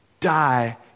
die